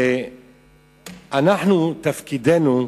ותפקידנו,